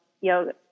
yoga